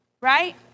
right